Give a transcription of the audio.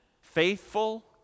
faithful